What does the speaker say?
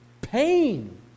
pain